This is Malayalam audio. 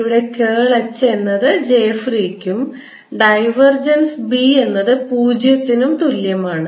ഇവിടെ കേൾ H എന്നത് j free ക്കും ഡൈവർജൻസ് B എന്നത് പൂജ്യത്തിനും തുല്യമാണ്